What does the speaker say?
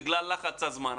בגלל לחץ הזמן.